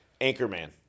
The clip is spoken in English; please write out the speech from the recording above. Anchorman